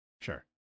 sure